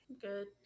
good